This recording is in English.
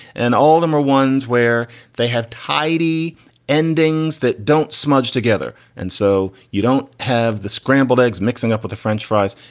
and all of them are ones where they have tidy endings that don't smudge together. and so you don't have the scrambled eggs mixing up with the french fries.